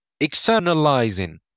externalizing